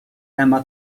emma